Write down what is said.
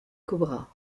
cobra